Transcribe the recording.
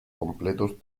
completos